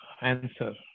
answer